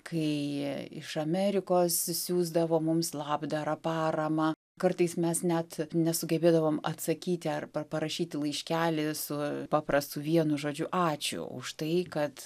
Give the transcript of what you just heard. kai iš amerikos siųsdavo mums labdarą paramą kartais mes net nesugebėdavom atsakyti ar parašyti laiškelį su paprastu vienu žodžiu ačiū už tai kad